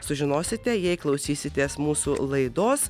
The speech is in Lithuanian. sužinosite jei klausysitės mūsų laidos